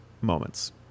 moments